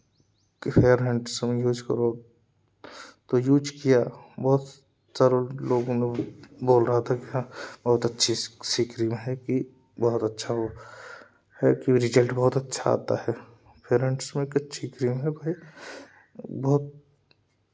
fair handsome use करो तो use किया बहुत सारे लोगों ने बोल रहा था कि हाँ बहुत अच्छी सी सी क्रीम है यह बहुत अच्छा है क्यों रिजल्ट बहुत अच्छा आता है फेयर हैण्डसम एक अच्छी क्रीम है भाई बहुत